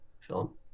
film